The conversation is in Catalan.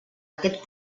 aquest